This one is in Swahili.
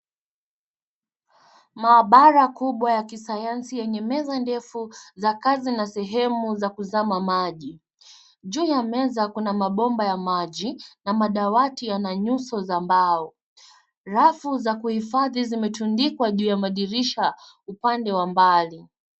Maabara kubwa ya kisayansi nyenye meza ndefu za kazi na sehemu za kuzama maji. Juu ya meza kuna mabomba ya maji na madawati yana nyuso za mbao. Rafu za kuhifadhi zimetundikwa juu ya madirisha upande wa mbali.